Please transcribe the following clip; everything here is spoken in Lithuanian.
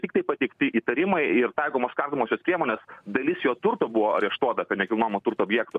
tiktai pateikti įtarimai ir taikomos kardomosios priemonės dalis jo turto buvo areštuota nekilnojamo turto objektų